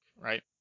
Right